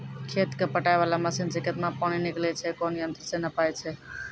खेत कऽ पटाय वाला मसीन से केतना पानी निकलैय छै कोन यंत्र से नपाय छै